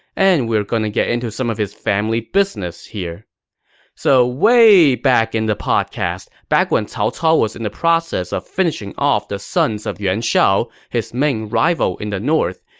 and we're gonna get into some of his family business here so way way back in the podcast, back when cao cao was in the process of finishing off the sons of yuan shao, his main rival in the north,